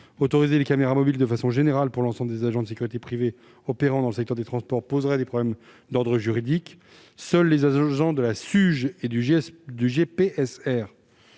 Autoriser les caméras mobiles de façon générale pour l'ensemble des agents de sécurité privée opérant dans le secteur des transports poserait des problèmes d'ordre juridique. Seuls les agents de la SUGE et du GPSR